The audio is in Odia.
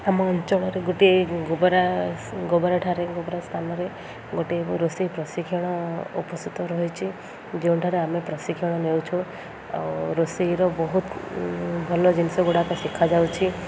ଆମ ଅଞ୍ଚଳରେ ଗୋଟିଏ ଗୋବରା ଗୋବର ଠାରେ ଗୋବର ସ୍ଥାନରେ ଗୋଟେ ରୋଷେଇ ପ୍ରଶିକ୍ଷଣ ଉପସ୍ଥିତ ରହିଛି ଯେଉଁଠାରେ ଆମେ ପ୍ରଶିକ୍ଷଣ ନେଉଛୁ ଆଉ ରୋଷେଇର ବହୁତ ଭଲ ଜିନିଷ ଗୁଡ଼ାକ ଶିଖାଯାଉଛି